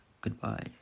goodbye